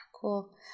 Cool